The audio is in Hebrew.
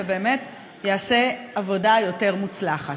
ובאמת יעשה עבודה יותר מוצלחת.